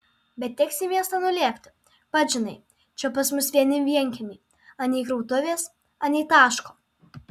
bet teks į miestą nulėkti pats žinai čia pas mus vieni vienkiemiai anei krautuvės anei taško